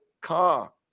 car